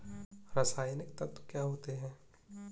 रसायनिक तत्व क्या होते हैं?